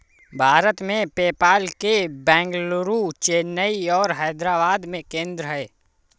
भारत में, पेपाल के बेंगलुरु, चेन्नई और हैदराबाद में केंद्र हैं